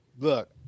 Look